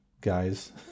guys